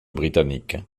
britanniques